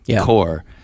core